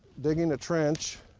digging a trench.